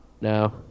No